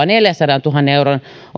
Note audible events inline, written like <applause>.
<unintelligible> neljänsadantuhannen euron